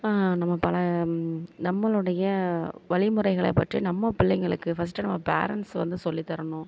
நம்ம பல நம்மளோடைய வழிமுறைகளை பற்றி நம்ம பிள்ளைங்களுக்கு ஃபஸ்டு நம்ம பேரன்ட்ஸ் வந்து சொல்லி தரணும்